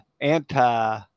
anti